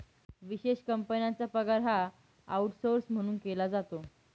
विशेष कंपन्यांचा पगार हा आऊटसौर्स म्हणून केला जातो